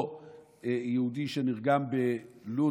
אותו יהודי שנרגם בלוד